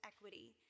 equity